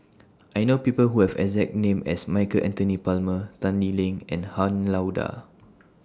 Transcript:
I know People Who Have exact name as Michael Anthony Palmer Tan Lee Leng and Han Lao DA